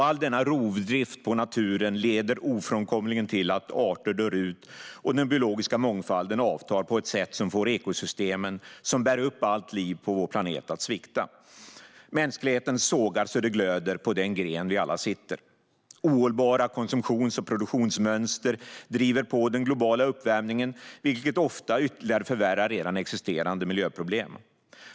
All denna rovdrift på naturen leder också ofrånkomligen till att arter dör ut och att den biologiska mångfalden avtar på ett sätt som får ekosystemen, som bär upp allt liv på vår planet, att svikta. Mänskligheten sågar så att det glöder i den gren vi alla sitter på. Ohållbara konsumtions och produktionsmönster driver på den globala uppvärmningen, vilket ofta ytterligare förvärrar redan existerande miljöproblem.